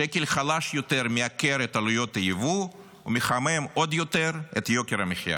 שקל חלש יותר מייקר את עלויות היבוא ומחמיר עוד יותר את יוקר המחיה.